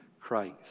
Christ